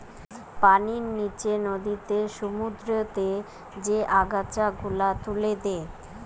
পানির নিচে নদীতে, সমুদ্রতে যে আগাছা গুলা তুলে দে